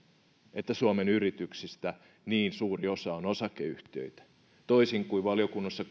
että suomen yrityksistä niin suuri osa on osakeyhtiöitä toisin kuin valiokunnassa